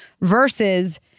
versus